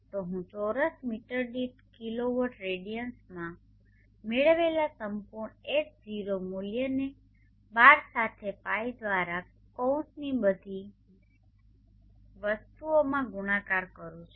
જો હું ચોરસ મીટર દીઠ કિલોવોટ રેડિયન્સમાં મેળવેલા સંપૂર્ણ H0 મૂલ્યને 12 સાથે pi દ્વારા કૌંસની બધી વસ્તુઓમાં ગુણાકાર કરું છું